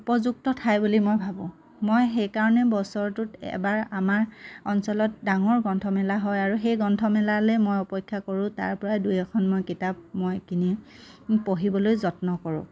উপযুক্ত ঠাই বুলি মই ভাবোঁ মই সেইকাৰণে বছৰটোত এবাৰ আমাৰ অঞ্চলত ডাঙৰ গ্ৰন্থমেলা হয় আৰু সেই গ্ৰন্থমেলালৈ মই অপেক্ষা কৰোঁ তাৰ পৰাই দুই এখন মই কিতাপ মই কিনি পঢ়িবলৈ যত্ন কৰোঁ